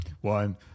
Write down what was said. one